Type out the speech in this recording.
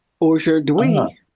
Aujourd'hui